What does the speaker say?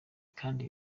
kandi